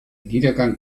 niedergang